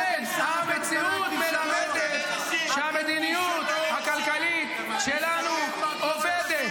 כן, המציאות מלמדת שהמדיניות הכלכלית שלנו עובדת.